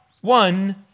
one